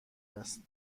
است